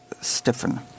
stiffen